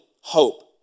hope